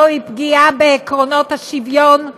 זוהי פגיעה בעקרונות השוויון,